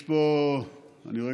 יש פה, אני רואה